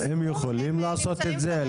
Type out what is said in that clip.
הם יכולים לעשות את זה?